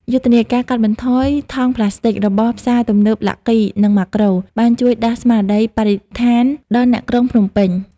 យុទ្ធនាការ "កាត់បន្ថយថង់ប្លាស្ទិក" របស់ផ្សារទំនើប ឡាក់គី (Lucky) និង ម៉ាក្រូ (Makro) បានជួយដាស់ស្មារតីបរិស្ថានដល់អ្នកក្រុងភ្នំពេញ។